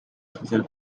special